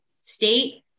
state